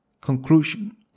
Conclusion